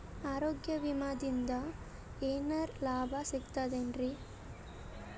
ಆರೋಗ್ಯ ವಿಮಾದಿಂದ ಏನರ್ ಲಾಭ ಸಿಗತದೇನ್ರಿ?